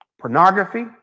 pornography